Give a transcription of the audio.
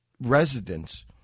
residents